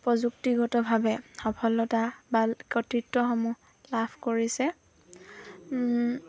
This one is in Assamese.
প্ৰযুক্তিগতভাৱে সফলতা বা কতৃত্বসমূহ লাভ কৰিছে